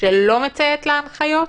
שלא מציית להנחיות,